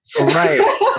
Right